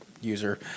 user